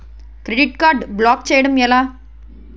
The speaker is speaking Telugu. క్రెడిట్ కార్డ్ బ్లాక్ చేయడం ఎలా?